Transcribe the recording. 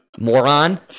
Moron